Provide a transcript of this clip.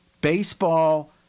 baseball